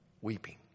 weeping